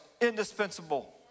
indispensable